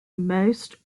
most